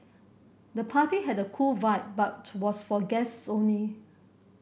the party had a cool vibe but to was for guests only